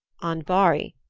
andvari,